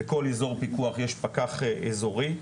בכל אזור פיקוח יש פקח אזורי,